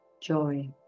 joy